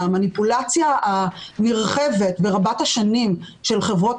המניפולציה הנרחבת ורבת השנים של חברות